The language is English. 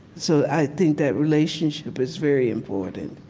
so i think that relationship is very important,